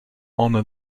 honor